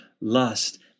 lust